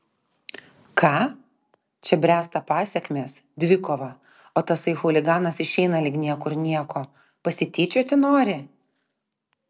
ką čia bręsta pasekmės dvikova o tasai chuliganas išeina lyg niekur nieko pasityčioti nori